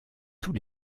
tous